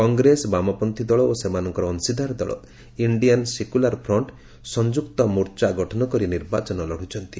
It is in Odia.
କଂଗ୍ରେସ ବାମପନ୍ଥୀ ଦଳ ଓ ସେମାନଙ୍କର ଅଂଶୀଦାର ଦଳ ଇଣ୍ଡିଆନ ସେକୁଲାର ଫ୍ରଣ୍ଟ ସଂଯୁକ୍ତ ମୋର୍ଚ୍ଚା ଗଠନ କରି ନିର୍ବାଚନ ଲଢୁଛନ୍ତି